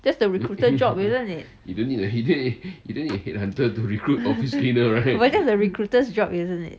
that's the recruiter job isn't it but that's the recruiter's job isn't it